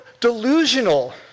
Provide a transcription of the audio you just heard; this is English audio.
delusional